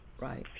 Right